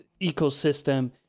ecosystem